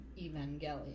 Evangelion